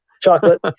Chocolate